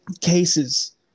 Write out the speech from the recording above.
cases